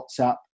WhatsApp